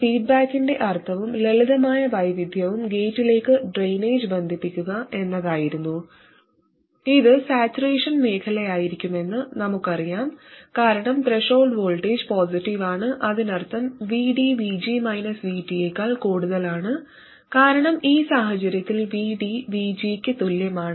ഫീഡ്ബാക്കിന്റെ അർത്ഥവും ലളിതമായ വൈവിധ്യവും ഗേറ്റിലേക്ക് ഡ്രെയിനേജ് ബന്ധിപ്പിക്കുക എന്നതായിരുന്നു ഇത് സാച്ചുറേഷൻ മേഖലയിലായിരിക്കുമെന്ന് നമുക്കറിയാം കാരണം ത്രെഷോൾഡ് വോൾട്ടേജ് പോസിറ്റീവ് ആണ് അതിനർത്ഥം VD VG VT യേക്കാൾ കൂടുതലാണ് കാരണം ഈ സാഹചര്യത്തിൽ VD VG യ്ക്ക് തുല്യമാണ്